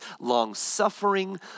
long-suffering